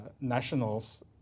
nationals